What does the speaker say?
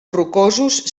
rocosos